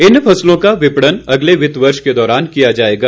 इन फसलों का विपणन अगले वित्त वर्ष के दौरान किया जाएगा